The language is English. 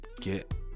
get